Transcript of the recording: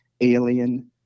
alien